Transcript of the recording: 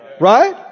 right